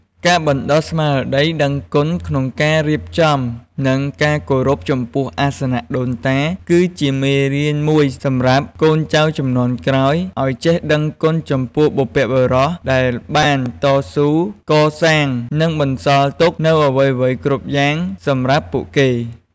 ការបណ្តុះស្មារតីដឹងគុណក្នុងការរៀបចំ និងការគោរពចំពោះអាសនៈដូនតា គឺជាមេរៀនមួយសម្រាប់កូនចៅជំនាន់ក្រោយឲ្យចេះដឹងគុណចំពោះបុព្វបុរសដែលបានតស៊ូកសាង និងបន្សល់ទុកនូវអ្វីៗគ្រប់យ៉ាងសម្រាប់ពួកគេ។